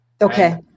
Okay